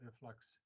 reflux